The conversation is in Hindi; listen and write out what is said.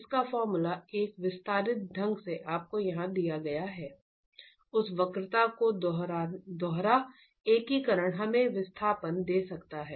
उस वक्रता का दोहरा एकीकरण हमें विस्थापन दे सकता है